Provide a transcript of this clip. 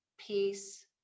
peace